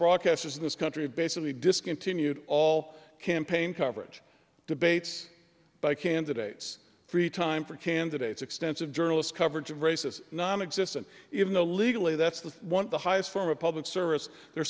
broadcasters in this country basically discontinued all campaign coverage debates by candidates free time for candidates extensive journalist coverage of races nonexistent even the legally that's the one of the highest form of public service they're